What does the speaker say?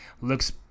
looks